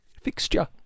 fixture